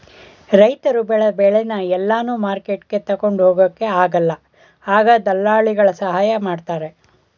ರೈತ ಬೆಳೆದ ಬೆಳೆನ ಎಲ್ಲಾನು ಮಾರ್ಕೆಟ್ಗೆ ತಗೊಂಡ್ ಹೋಗೊಕ ಆಗಲ್ಲ ಆಗ ದಳ್ಳಾಲಿಗಳ ಸಹಾಯ ಮಾಡ್ತಾರೆ